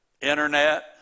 internet